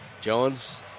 Jones